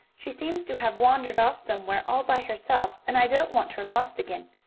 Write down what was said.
she seems to have wandered off somewhere all by herself, and i don't want her lost again.